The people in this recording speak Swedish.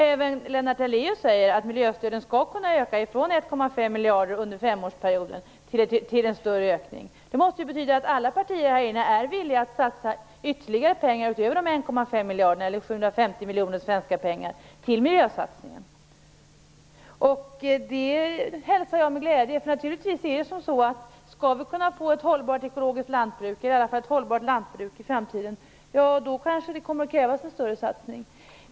Även Lennart Daléus säger att miljöstöden skall kunna öka från 1,5 miljard under femårsperioden. Det måste betyda att alla partier här är villiga att satsa ytterligare pengar utöver 1,5 miljard, eller 750 miljoner kronor i svenska pengar, till miljösatsningar. Det hälsar jag med glädje. Naturligtvis är det så att om vi skall få ett hållbart ekologiskt lantbruk, eller åtminstone ett hållbart lantbruk, i framtiden kommer det att krävas större satsningar.